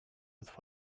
with